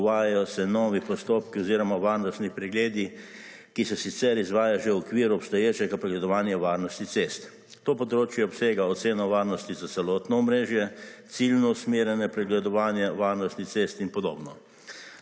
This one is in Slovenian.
uvajajo se novi postopki oziroma varnostni pregledi, ki se sicer izvajajo že v okviru obstoječega pregledovanja varnosti cest. To področje obsega oceno varnosti za celotno omrežje, ciljno usmerjene pregledovanje varnostnih cest in podobno.